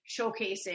showcasing